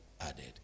added